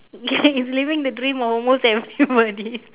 ya it's living the dream of almost everybody